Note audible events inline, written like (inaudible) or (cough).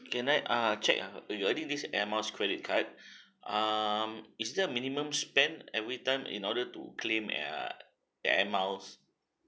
can I ah check ah this air miles credit card (breath) um is there a minimum spend every time in order to claim err the air miles